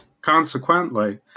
Consequently